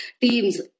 teams